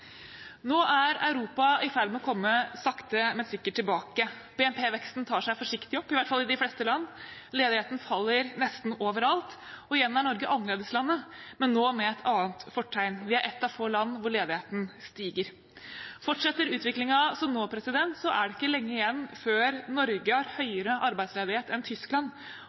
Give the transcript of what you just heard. Nå er Europa i ferd med å komme sakte, men sikkert tilbake. BNP-veksten tar seg forsiktig opp, i hvert fall i de fleste land, ledigheten faller nesten overalt, og igjen er Norge annerledeslandet, men nå med et annet fortegn. Vi er et av få land hvor ledigheten stiger. Fortsetter utviklingen som nå, er det ikke lenge igjen før Norge har høyere arbeidsledighet enn Tyskland,